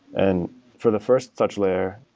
and for the first such layer,